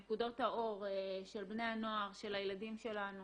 נקודות האור של בני הנוער, של הילדים שלנו.